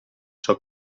ciò